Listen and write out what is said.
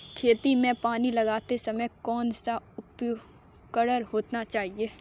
खेतों में पानी लगाते समय कौन सा उपकरण होना चाहिए?